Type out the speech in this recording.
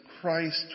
Christ